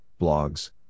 blogs